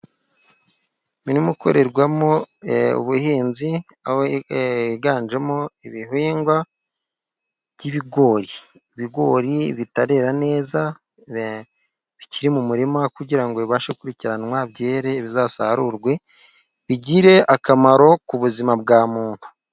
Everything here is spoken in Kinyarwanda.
Imirima ikorerwamo ubuhinzi aho yiganjemo ibihingwa by'ibigori. Ibigori bitarera neza, bikiri mu murima kugirango bibashe kujyanwa byere, bizasarurwe, bigire akamaro ku buzima bwa muntu.